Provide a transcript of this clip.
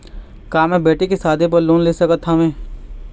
का मैं बेटी के शादी बर लोन ले सकत हावे?